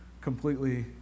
completely